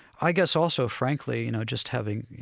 i guess also, frankly, you know, just having, you